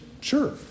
sure